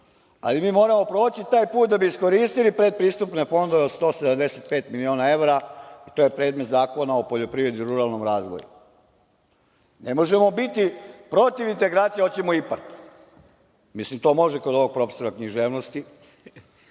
Ali, mi moramo proći taj put da bi iskoristili predpristupne fondove od 175 miliona evra. To je predmet Zakona o poljoprivredi i ruralnom razvoju. Ne možemo biti protiv integracija, a hoćemo IPARD. Mislim, to može kod ovog profesora književnosti,